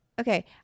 Okay